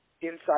inside